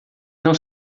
não